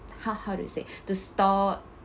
how how do you say to store